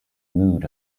mood